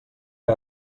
que